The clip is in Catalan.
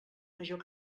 major